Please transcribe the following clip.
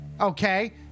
Okay